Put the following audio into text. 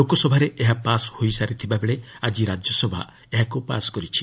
ଲୋକସଭାରେ ଏହା ପାସ୍ ହୋଇ ସାରିଥିବା ବେଳେ ଆଜି ରାଜ୍ୟସଭା ଏହାକୁ ପାସ୍ କରିଛି